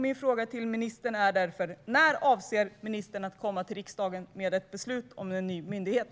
Min fråga till ministern är därför: När avser ministern att komma till riksdagen med ett beslut om en ny myndighet?